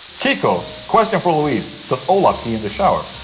kiko question for louise does ola pee in the shower?